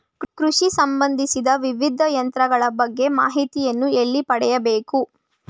ಕೃಷಿ ಸಂಬಂದಿಸಿದ ವಿವಿಧ ಯಂತ್ರಗಳ ಬಗ್ಗೆ ಮಾಹಿತಿಯನ್ನು ಎಲ್ಲಿ ಪಡೆಯಬೇಕು?